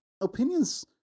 opinions